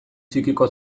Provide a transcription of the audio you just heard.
txikiko